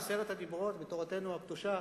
עשרת הדיברות בתורתנו הקדושה